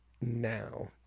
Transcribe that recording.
now